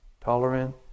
tolerant